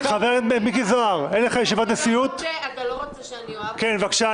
כל הכוורת של ראש הממשלה אתה,